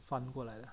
翻过来的 ah